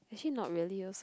actually not really also